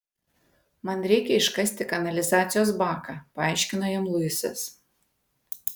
man reikia iškasti kanalizacijos baką paaiškino jam luisas